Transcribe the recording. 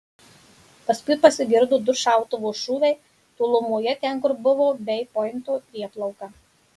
paskui pasigirdo du šautuvo šūviai tolumoje ten kur buvo bei pointo prieplauka